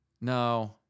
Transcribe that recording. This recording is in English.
No